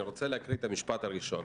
אני רוצה להקריא את המשפט הראשון: